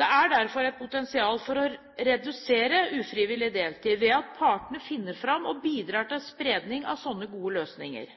Det er derfor et potensial for å redusere ufrivillig deltid ved at partene finner fram og bidrar til spredning av sånne gode løsninger.